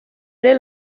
ere